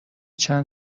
چند